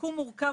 השיקום מורכב